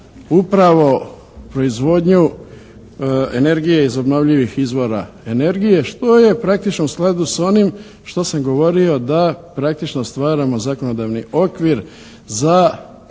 upravo proizvodnju energije iz obnovljivih izvora energije što je praktično u skladu sa onim što sam govorio da praktično stvaramo zakonodavni okvir za proizvodnju